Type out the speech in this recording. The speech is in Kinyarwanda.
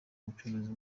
bucuruzi